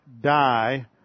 die